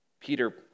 Peter